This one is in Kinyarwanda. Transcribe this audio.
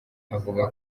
avuga